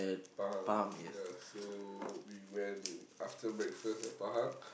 Pahang yeah so we went after breakfast at Pahang